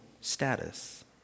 status